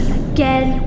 again